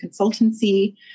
consultancy